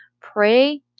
pray